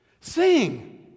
sing